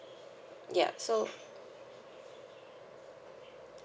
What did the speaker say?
ya so